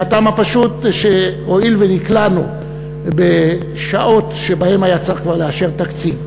מהטעם הפשוט שהואיל ונקלענו בשעות שבהן היה צריך כבר לאשר תקציב,